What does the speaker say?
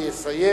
יסיים